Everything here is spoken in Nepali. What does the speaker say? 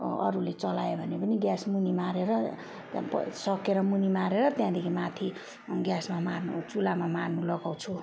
अरूले चलाए भने पनि ग्यास मुनि मारेर त्यहाँ प सकेर मुनि मारेर त्यहाँदेखि माथि ग्यासमा मार्नु चुलामा मार्नु लगाउँछु